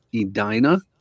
Edina